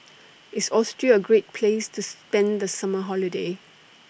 IS Austria A Great Place to spend The Summer Holiday